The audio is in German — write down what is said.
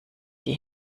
die